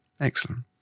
Excellent